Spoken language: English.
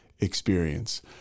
experience